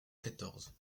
quatorze